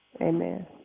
amen